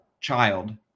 child